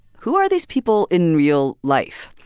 who are these people in real life?